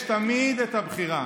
לכל אחד מאיתנו יש תמיד את הבחירה: